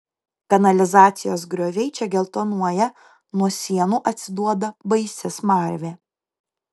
kanalizacijos grioviai čia geltonuoja nuo sienų atsiduoda baisi smarvė